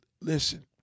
Listen